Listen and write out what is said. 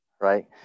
right